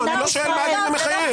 אני לא שואל מה הדין המחייב.